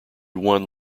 one